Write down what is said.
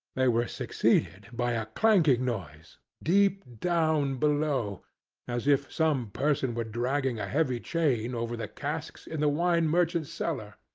they were succeeded by a clanking noise, deep down below as if some person were dragging a heavy chain over the casks in the wine-merchant's cellar.